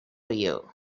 you